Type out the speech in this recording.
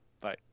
Bye